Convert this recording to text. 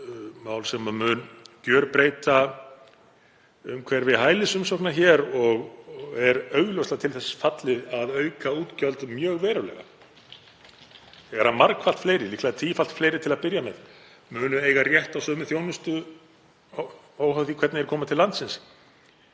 mál sem mun gjörbreyta umhverfi hælisumsókna hér og er augljóslega til þess fallið að auka útgjöld mjög verulega þegar margfalt fleiri, líklega tífalt fleiri til að byrja með, munu eiga rétt á sömu þjónustu óháð því hvernig þeir komu til landsins